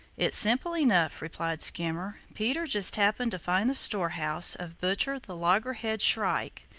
it's simple enough, replied skimmer. peter just happened to find the storehouse of butcher the loggerhead shrike.